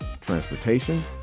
transportation